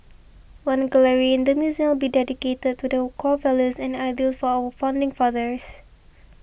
one gallery in the museum will be dedicated to the core values and ideals for our founding fathers